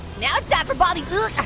now it's time for baldy